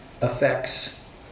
affects